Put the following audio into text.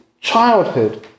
childhood